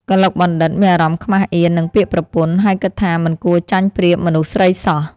កឡុកបណ្ឌិត្យ មានអារម្មណ៍ខ្មាសអៀននឹងពាក្យប្រពន្ធ ហើយគិតថាមិនគួរចាញ់ប្រៀបមនុស្សស្រីសោះ។